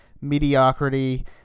mediocrity